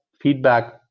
feedback